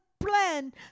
plan